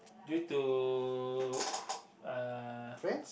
due to uh